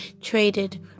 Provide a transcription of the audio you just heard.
traded